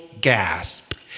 gasp